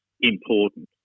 important